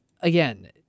again